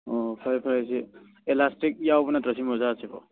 ꯑꯣ ꯐꯔꯦ ꯐꯔꯦ ꯁꯤ ꯑꯦꯂꯥꯁꯇꯤꯛ ꯌꯥꯎꯕ ꯅꯠꯇ꯭ꯔꯣ ꯁꯤ ꯃꯣꯖꯥꯁꯤꯕꯣ